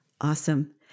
Awesome